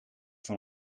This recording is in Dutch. van